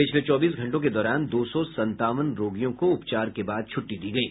पिछले चौबीस घंटों के दौरान दो सौ संतावन रोगियों को उपचार के बाद छूट्टी दी गयी